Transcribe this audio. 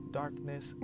darkness